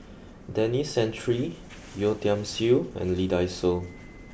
Denis Santry Yeo Tiam Siew and Lee Dai Soh